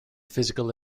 physical